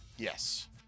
Yes